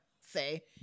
say